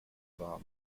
war